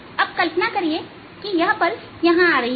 अब कल्पना करिए यह पल्स यहां आ रही है